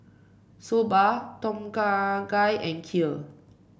Soba Tom Kha Gai and Kheer